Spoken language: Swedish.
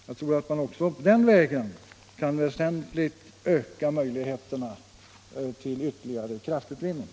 Jag tror att man på den vägen väsentligt kan öka möjligheterna till ytterligare kraftutvinning.